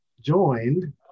joined